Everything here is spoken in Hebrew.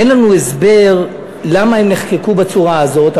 אין לנו הסבר למה הם נחקקו בצורה הזאת,